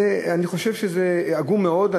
אני חושב שזה עגום מאוד.